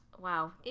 wow